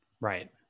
Right